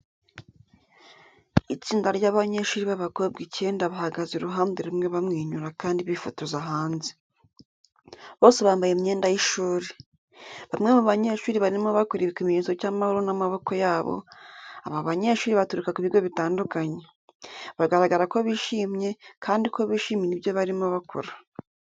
Itsinda ry'abanyeshuri b'abakobwa icyenda bahagaze iruhande rumwe bamwenyura kandi bifotoza hanze. Bose bambaye imyenda y'ishuri. Bamwe mu banyeshuri barimo bakora ikimenyetso cy'amahoro n'amaboko yabo, aba banyeshuri baturuka ku bigo bitandukanye. Bagaragara ko bishimye, kandi ko bishimira ibyo barimo bakora.